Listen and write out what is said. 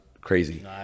crazy